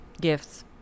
Gifts